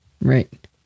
Right